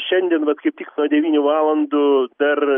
šiandien vat kaip tik nuo devynių valandų dar